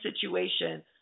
situation